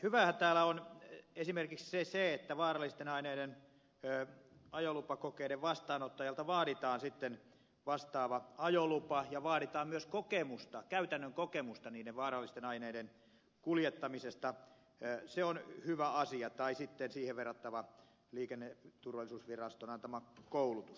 hyvää täällä on esimerkiksi se että vaarallisten aineiden ajolupakokeiden vastaanottajalta vaaditaan vastaava ajolupa ja vaaditaan myös käytännön kokemusta vaarallisten aineiden kuljettamisesta ja se on hyvä asia tai siihen verrattava liikenneturvallisuusviraston antama koulutus